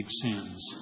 sins